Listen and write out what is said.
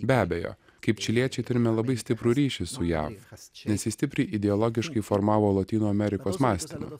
be abejo kaip čiliečiai turime labai stiprų ryšį su jav nes ji šiandien stipriai ideologiškai formavo lotynų amerikos mąstymą